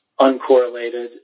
uncorrelated